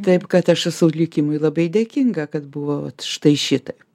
taip kad aš esu likimui labai dėkinga kad buvo vat štai šitaip